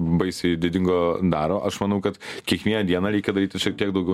baisiai didingo daro aš manau kad kiekvieną dieną reikia daryti šiek tiek daugiau